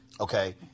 Okay